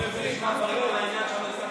לך, לך.